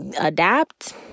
adapt